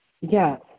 Yes